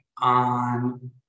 on